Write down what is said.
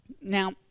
Now